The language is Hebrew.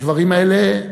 והדברים האלה,